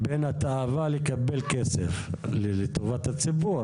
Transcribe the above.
בין התאווה לקבל כסף לטובת הציבור,